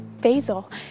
Basil